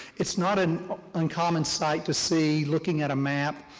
it's not an uncommon sight to see, looking at a map,